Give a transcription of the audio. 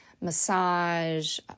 massage